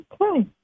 Okay